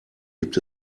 gibt